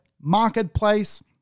marketplace